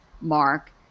Mark